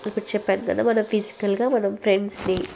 ఇప్పుడు చెప్పాను కదా మనం ఫిజికల్గా మనం ఫ్రెండ్స్ని